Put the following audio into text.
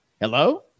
Hello